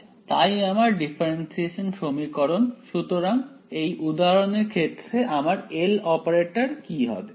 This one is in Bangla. তাই আমার ডিফারেন্সিয়েশন সমীকরণ সুতরাং এই উদাহরণ এর ক্ষেত্রে আমার L অপারেটর কি হবে